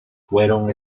fueron